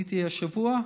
הייתי השבוע,